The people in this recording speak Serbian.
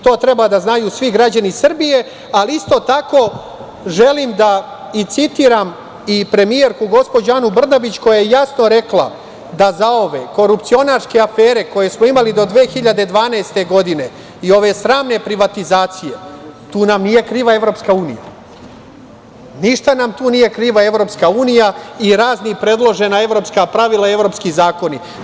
To treba da znaju svi građani Srbije, ali isto tako želim da i citiram i premijerku, gospođu Anu Brnabić koja je jasno rekla da zauvek korupcionarske afere koje smo imali do 2012. godine i ove sramne privatizacije, tu nam nije kriva EU, ništa nam tu nije kriva EU i razna predložena evropska pravila, evropski zakoni.